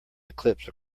eclipse